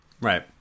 Right